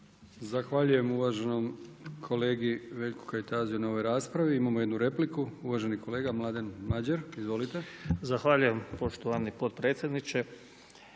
Zahvaljujem uvaženom kolegi Veljku Kajtaziju na ovoj raspravi. Imamo jednu repliku, uvaženi kolega Mladen Madjer. Izvolite. **Madjer, Mladen (HSS)** Zahvaljujem poštovani potpredsjedniče.